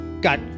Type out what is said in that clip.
Got